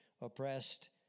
oppressed